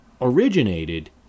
originated